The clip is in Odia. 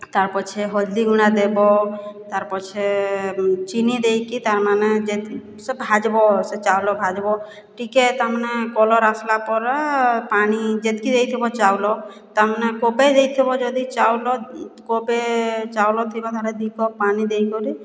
ତାର୍ ପଛେ ହଳଦୀ ଗୁଣ୍ଡା ଦେବ ତାର୍ ପଛେ ଚିନି ଦେଇକି ତାର୍ମାନେ ସେ ଭାଜ୍ବ ସେ ଚାଉଳ ଭାଜ୍ବ ଟିକେ ତାମାନେ କଲର୍ ଆସ୍ଲା ପରେ ପାଣି ଯେତ୍କି ଦେଇଥିବ ଚାଉଳ ତାମାନେ କପେ ଦେଇଥିବ ଯଦି ଚାଉଳ କପେ ଚାଉଳ ଥିବ ତାହାଲେ ଦୁଇ କପ୍ ପାନି ଦେଇକରିକି